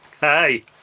Hey